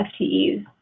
FTEs